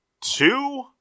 two